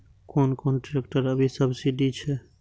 कोन कोन ट्रेक्टर अभी सब्सीडी छै?